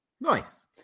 Nice